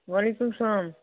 وعلیکُم سلام